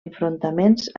enfrontaments